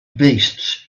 beasts